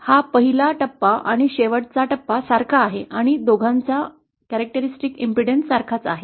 हा पहिला टप्पा आणि शेवटचा टप्पा सारखा आहे आणि दोघांचा वैशिष्ट्यपूर्ण अडथळा सारखाच आहे